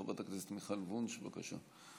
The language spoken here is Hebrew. חברת הכנסת מיכל וונש, בבקשה.